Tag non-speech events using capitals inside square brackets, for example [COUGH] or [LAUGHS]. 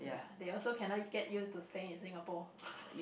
ya they also cannot get used to stay in Singapore [LAUGHS]